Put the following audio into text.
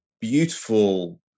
beautiful